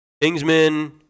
Kingsman